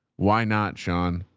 why not? shaun?